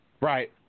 Right